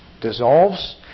dissolves